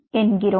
என்கிறோம்